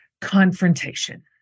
Confrontation